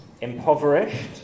Impoverished